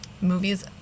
movies